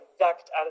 exact